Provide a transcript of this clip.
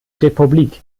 republik